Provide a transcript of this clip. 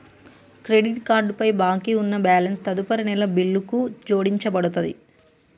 credit card పై బాకీ ఉన్న బ్యాలెన్స్ తదుపరి నెల బిల్లుకు జోడించబడతది